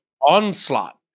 Onslaught